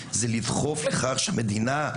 זה לדחוף לכך שהמדינה,